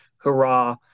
hurrah